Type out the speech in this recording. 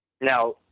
Now